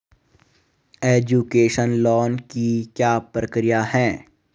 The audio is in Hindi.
एजुकेशन लोन की क्या प्रक्रिया है?